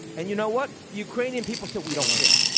and, you know what? the ukrainian people said, we don't care.